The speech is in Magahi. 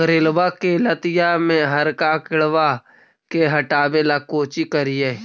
करेलबा के लतिया में हरका किड़बा के हटाबेला कोची करिए?